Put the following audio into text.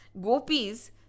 gopis